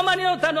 לא מעניין אותנו,